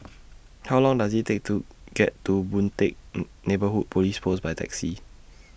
How Long Does IT Take to get to Boon Teck Neighbourhood Police Post By Taxi